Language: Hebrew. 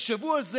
תחשבו על זה,